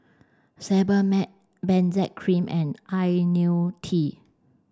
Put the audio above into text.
Sebamed Benzac cream and Ionil T